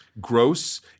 gross